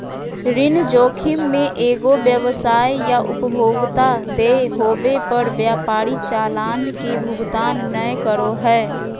ऋण जोखिम मे एगो व्यवसाय या उपभोक्ता देय होवे पर व्यापारी चालान के भुगतान नय करो हय